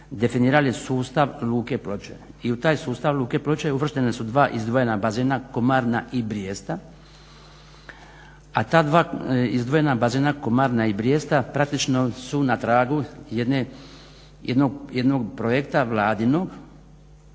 definirali sustav Luke Ploče i u taj sustav Luke Ploče uvrštena su dva izdvojena bazena Komarna i Brijesta, a ta dva izdvojena bazena Komarna i Brijesta praktično su na tragu jednog projekta Vladinog